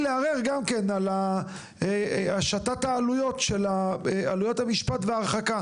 לערער גם על השטת העליות של המשפט וההרחקה